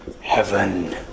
heaven